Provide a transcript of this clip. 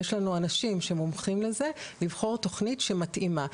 יש לנו אנשים שמומחים לזה לבחור תוכנית שמתאימה.